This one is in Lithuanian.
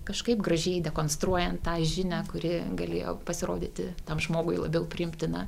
kažkaip gražiai dekonstruojant tą žinią kuri galėjo pasirodyti tam žmogui labiau priimtina